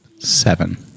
Seven